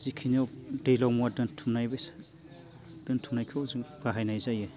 जिखिनियाव दैलाव मुवा दोनथुमनाय बेसाद दोनथुमनायखौ जों बाहायनाय जायो